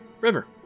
River